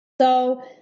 So-